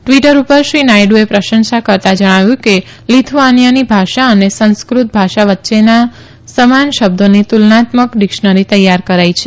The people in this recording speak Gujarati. ટવીટર પર શ્રી નાયડુએ પ્રશંસા કરતાં જણાવ્યું કે લિથુઆનિયાની ભાષા અને સંસ્કૃત ભાષા વચ્ચેના સમાના શબ્દોની તુલનાત્મક ડીક્ષનરી તૈયાર કરાઇ છે